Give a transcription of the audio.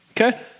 Okay